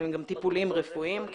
ולטיפולים רפואיים.